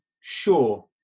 sure